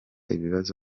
ibibazo